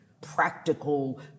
practical